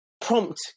prompt